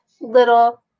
little